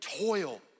toil